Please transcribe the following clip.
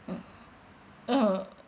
mm a'ah